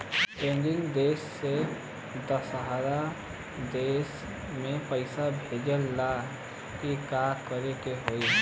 एगो देश से दशहरा देश मे पैसा भेजे ला का करेके होई?